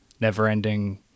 never-ending